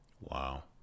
Wow